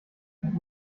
vom